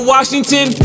Washington